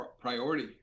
priority